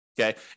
okay